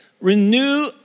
Renew